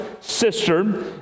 sister